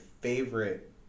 favorite